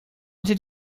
did